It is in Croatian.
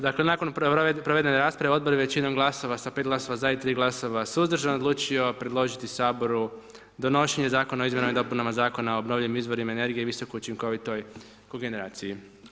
Dakle, nakon provedene rasprave, odbor je većinom glasova, sa 5 glasova za, i 3 glasova suzdržan, odlučio predložio saboru donošenje Zakona o izmjenama i dopunama Zakona o obnovljivim izvorima energije i visoko učinkovitoj kogeneraciji.